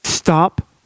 Stop